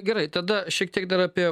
gerai tada šiek tiek dar apie